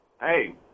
Hey